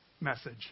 message